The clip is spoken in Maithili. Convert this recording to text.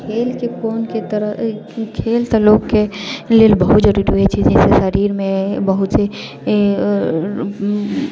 खेलके कोनके तरह खेल तऽ लोककेँ लेल बहुत जरूरी होइत छै जैसे शरीरमे बहुत से